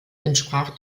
entsprach